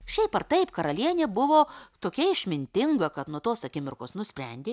šiaip ar taip karalienė buvo tokia išmintinga kad nuo tos akimirkos nusprendė